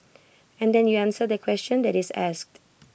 and then you answer the question that is asked